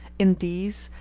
in these,